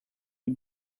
who